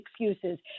excuses